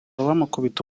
bamukubita